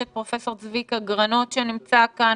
יש את פרופ' צביקה גרנות, שנמצא כאן.